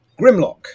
Grimlock